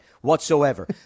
whatsoever